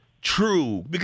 true—